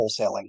wholesaling